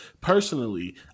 personally